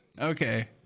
Okay